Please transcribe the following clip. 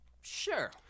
Sure